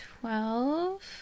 Twelve